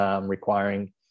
requiring